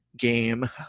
game